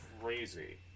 crazy